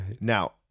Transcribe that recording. Now